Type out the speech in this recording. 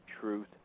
truth